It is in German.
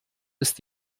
ist